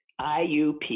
IUP